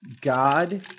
God